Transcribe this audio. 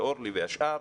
את אורלי ואת השאר,